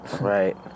right